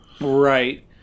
right